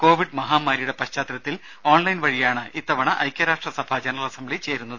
Covid മഹാമാരിയുടെ പശ്ചാത്തലത്തിൽ online വഴിയാണ് ഇത്തവണ ഐക്യരാഷ്ട്രസഭ ജനറൽ അസംബ്ലി ചേരുന്നത്